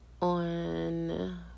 on